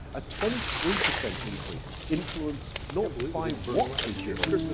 a twenty three percent increase influenced not by what was given,